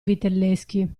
vitelleschi